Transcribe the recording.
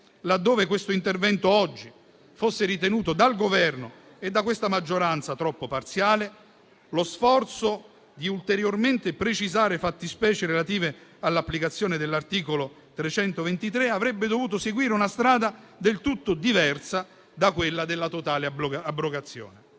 laddove questo intervento oggi fosse ritenuto dal Governo e da questa maggioranza troppo parziale, lo sforzo di ulteriormente precisare fattispecie relative all'applicazione dell'articolo 323 del codice penale avrebbe dovuto seguire una strada del tutto diversa da quella della totale abrogazione.